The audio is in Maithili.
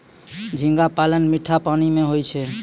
झींगा पालन मीठा पानी मे होय छै